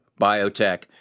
biotech